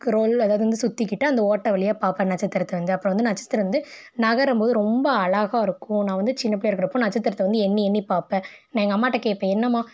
role அதாவது வந்து சுத்திக்கிட்டு அந்த ஓட்டை வழியாக பாப்பேன் நட்சத்திரத்தை வந்து அப்புறம் வந்து நட்சத்திரம் வந்து நகரும்போது ரொம்ப அழகாக இருக்கும் நான் வந்து சின்னப் பிள்ளையா இருக்கிறப்போ நட்சத்திரத்தை வந்து எண்ணி எண்ணி பார்ப்பேன் நான் எங்கள் அம்மாட்ட கேட்பேன் என்னம்மா